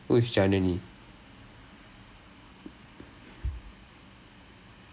err oh my god uh janani err போன வர்ஷம்:pona varsham cultural affairs director